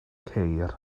ceir